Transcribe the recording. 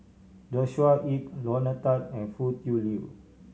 Joshua Ip Lorna Tan and Foo Tui Liew